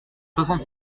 soixante